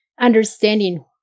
understanding